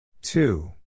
Two